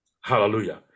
Hallelujah